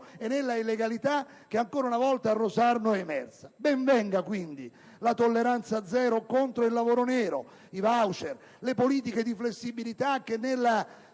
e nella illegalità che ancora una volta a Rosarno è emersa. Ben venga quindi la tolleranza zero contro il lavoro nero, ben vengano i *voucher*, le politiche di flessibilità che, nella